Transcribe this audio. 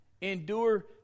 endure